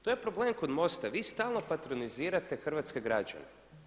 To je problem kod MOST-a, vi stalno patronizirate hrvatske građane.